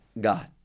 God